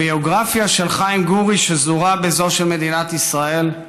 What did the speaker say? הביוגרפיה של חיים גורי שזורה בזו של מדינת ישראל.